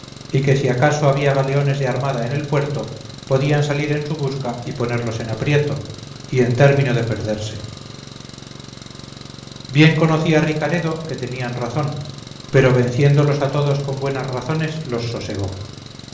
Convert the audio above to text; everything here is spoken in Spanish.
y que si a caso había galeones de armada en el puerto podían salir en su busca y ponerlos en aprieto y en término de perderse bien conocía ricaredo que tenían razón pero venciéndolos a todos con buenas razones los sosegó